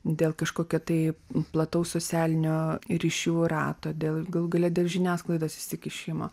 dėl kažkokio tai plataus socialinio ryšių rato dėl galų gale dėl žiniasklaidos įsikišimo